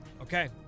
okay